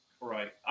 Right